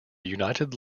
united